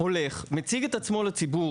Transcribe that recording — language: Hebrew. הוא הולך ומציג את עצמו לציבור,